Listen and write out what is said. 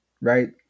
right